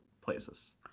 places